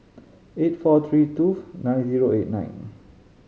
eight four three two nine zero eight nine